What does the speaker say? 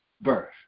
birth